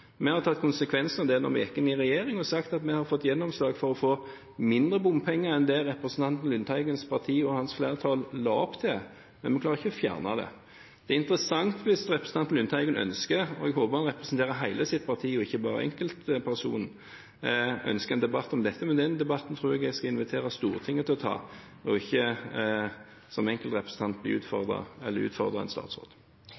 Vi tok konsekvensen av det da vi gikk inn i regjering, og har sagt at vi har fått gjennomslag for å få mindre bompenger enn det representanten Lundteigens parti og hans flertall la opp til, men vi klarer ikke å fjerne det. Det er interessant hvis representanten Lundteigen – og jeg håper han representerer hele sitt parti og ikke bare seg selv – ønsker en debatt om dette, men den debatten tror jeg jeg skal invitere Stortinget til å ta og ikke